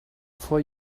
for